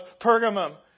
Pergamum